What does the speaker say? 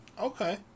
Okay